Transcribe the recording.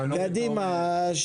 קדימה.